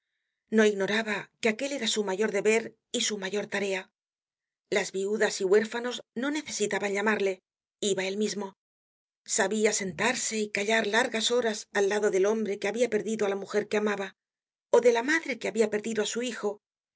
no ignoraba que aquel era su mayor deber y su mayor tarea las viudas y huérfanos no necesitaban llamarle iba él mismo sabia sentarse y callar largas horas al lado del hombre que habia perdido á la mujer que amaba ó de la madre que habia perdido á su hijo